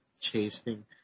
chasing